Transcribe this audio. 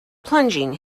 plunging